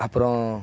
அப்பறம்